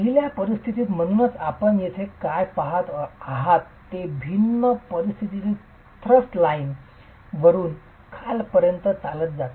पहिल्या परिस्थितीत म्हणूनच आपण येथे काय पहात आहात ते भिन्न परिस्थितीत थ्रस्ट लाइनचा जी वरपासून खालपर्यंत चालत आहे